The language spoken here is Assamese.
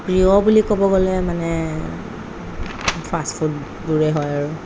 প্ৰিয় বুলি ক'ব গ'লে মানে ফাস্টফুডবোৰেই হয় আৰু